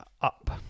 up